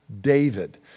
David